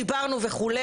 דיברנו וכו',